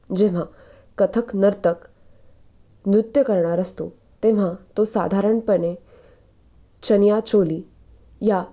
जेव्हा कथ्थक नर्तक नृत्य करणार असतो तेव्हा तो साधारणपणे चनिया चोली या